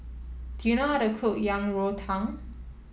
do you know how to cook Yang Rou Tang